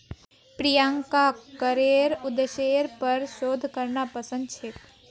प्रियंकाक करेर उद्देश्येर पर शोध करना पसंद छेक